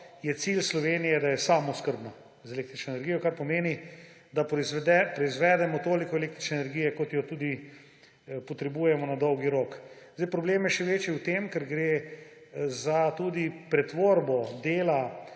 je cilj Slovenije, da je samooskrbna z električno energijo, kar pomeni, da proizvedemo toliko električne energije, kot je tudi potrebujemo na dolgi rok. Problem je še večji v tem, ker gre tudi za pretvorbo dela